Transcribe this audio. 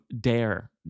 DARE